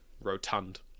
rotund